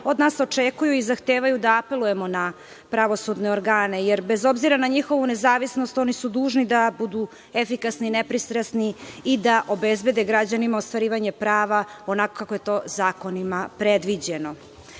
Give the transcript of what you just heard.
od nas očekuju i zahtevaju da apelujemo na pravosudne organe, jer bez obzira na njihovu nezavisnost, oni su dužni da budu efikasni, nepristrasni i da obezbede građanima ostvarivanje prava onako kako je to zakonima